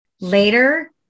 Later